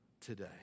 today